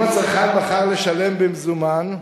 אם הצרכן בחר לשלם במזומן,